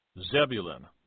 Zebulun